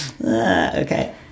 Okay